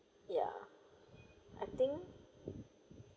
ya I think